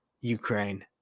Ukraine